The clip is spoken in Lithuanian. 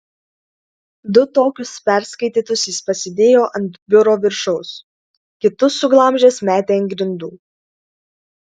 du tokius perskaitytus jis pasidėjo ant biuro viršaus kitus suglamžęs metė ant grindų